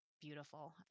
beautiful